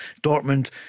Dortmund